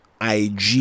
IG